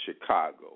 Chicago